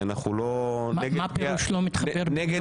מה פירוש לא מתחבר?